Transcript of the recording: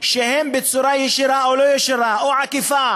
שבצורה ישירה או עקיפה